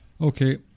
okay